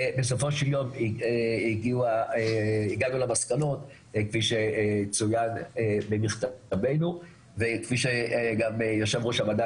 ובסופו של יום הגענו למסקנות כפי שצויין במכתבנו וכפי שגם יו"ר הוועדה